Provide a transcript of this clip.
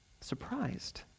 surprised